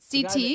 CT